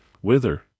whither